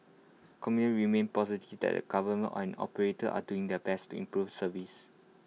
commute remained positive that the government and operators are doing their best to improve service